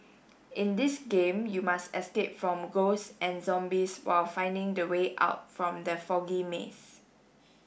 in this game you must escape from ghosts and zombies while finding the way out from the foggy maze